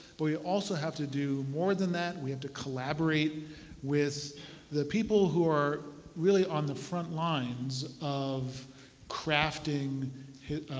but we also need to do more than that. we have to collaborate with the people who are really on the front lines of crafting